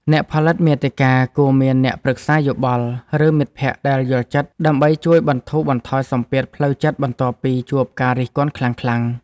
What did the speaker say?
អ្នកផលិតមាតិកាគួរមានអ្នកប្រឹក្សាយោបល់ ឬមិត្តភក្តិដែលយល់ចិត្ត ដើម្បីជួយបន្ធូរបន្ថយសម្ពាធផ្លូវចិត្តបន្ទាប់ពីជួបការរិះគន់ខ្លាំងៗ។